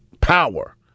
power